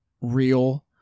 real